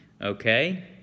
Okay